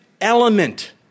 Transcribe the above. element